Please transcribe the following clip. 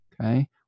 okay